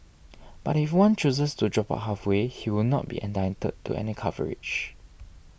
but if one chooses to drop out halfway he will not be entitled to any coverage